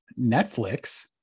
Netflix